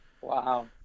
Wow